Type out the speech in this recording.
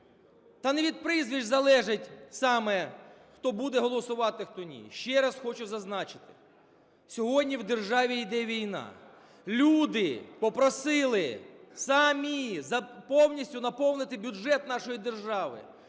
Та не від прізвищ залежить саме хто буде голосувати, а хто ні. Ще раз хочу зазначити, сьогодні в державі йде війна. Люди попросили самі повністю наповнити бюджет нашої держави,